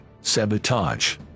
sabotage